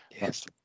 Yes